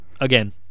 again